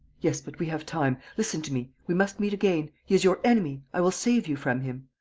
yes, but we have time. listen to me. we must meet again. he is your enemy. i will save you from him.